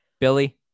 billy